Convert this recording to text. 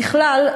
ככלל,